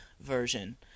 version